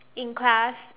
in class